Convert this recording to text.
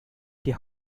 die